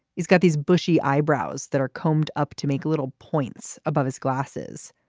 he's got these bushy eyebrows that are combed up to make little points above his glasses.